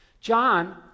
John